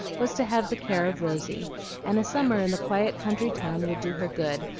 was to have the care of rosy and a summer in the quiet country town would do her good,